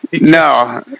No